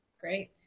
great